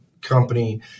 company